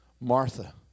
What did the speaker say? Martha